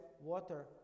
water